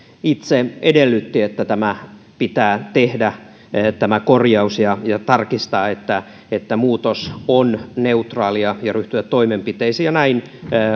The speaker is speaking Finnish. itse edellytti että pitää tehdä tämä korjaus ja ja tarkistaa että että muutos on neutraali ja ja ryhtyä toimenpiteisiin näin